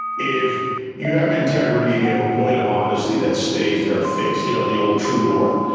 if you have integrity and you have a point of honesty that stays there fixed, you know the old true north,